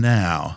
now